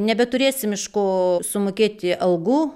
nebeturėsim iš ko sumokėti algų